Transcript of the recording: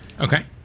Okay